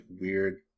weird